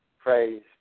Praise